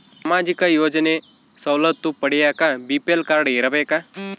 ಸಾಮಾಜಿಕ ಯೋಜನೆ ಸವಲತ್ತು ಪಡಿಯಾಕ ಬಿ.ಪಿ.ಎಲ್ ಕಾಡ್೯ ಇರಬೇಕಾ?